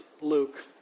Luke